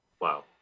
Wow